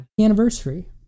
Anniversary